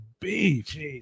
beef